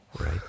Right